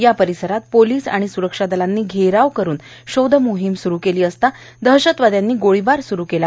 या परिसरात पोलीस आणि स्रक्षादलांनी घेराव करून शोधमोहीम स्रू केली असता दहशतवाद्यांनी गोळीबार स्रू केला